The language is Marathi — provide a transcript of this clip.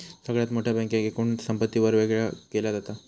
सगळ्यात मोठ्या बँकेक एकूण संपत्तीवरून वेगवेगळा केला जाता